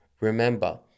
remember